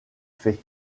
faits